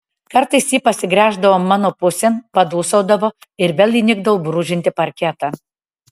kartais ji pasigręždavo mano pusėn padūsaudavo ir vėl įnikdavo brūžinti parketą